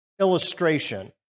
illustration